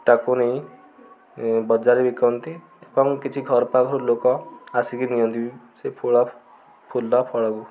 ତାକୁ ନେଇ ବଜାରରେ ବିକନ୍ତି ଏବଂ କିଛି ଘର ପାଖରୁ ଲୋକ ଆସିକି ନିଅନ୍ତି ବି ସେଇ ଫୁଳ ଫୁଲ ଫଳକୁ